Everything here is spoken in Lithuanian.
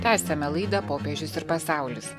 tęsiame laidą popiežius ir pasaulis